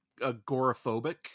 agoraphobic